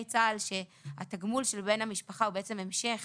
צה"ל שהתגמול של בן המשפחה הוא בעצם המשך